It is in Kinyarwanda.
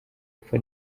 ipfa